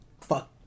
fuck